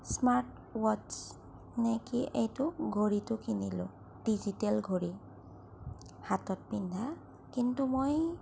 smart ৱাটছ নে কি এইটো ঘড়ীটো কিনিলো ডিজিটেল ঘড়ী হাতত পিন্ধা কিন্তু মই